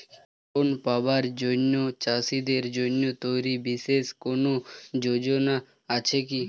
Loan পাবার জন্য চাষীদের জন্য তৈরি বিশেষ কোনো যোজনা আছে কি?